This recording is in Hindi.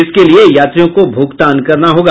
इसके लिये यात्रियों को भुगतान करना होगा